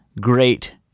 great